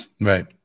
Right